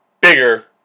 bigger